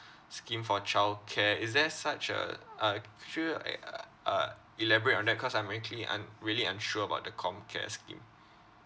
scheme for childcare is there such a uh could you a uh uh elaborate on that cause I'm actually I'm really unsure about the comcare scheme